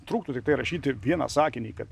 trūktų tiktai įrašyti vieną sakinį kad